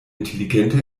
intelligente